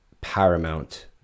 paramount